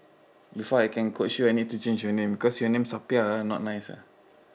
before I can coach you I need to change your name because your name sapiah ah not nice ah